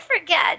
forget